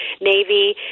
Navy